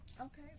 okay